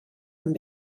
amb